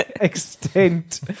extent